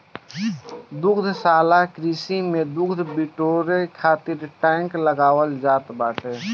दुग्धशाला कृषि में दूध बिटोरे खातिर टैंक लगावल जात बाटे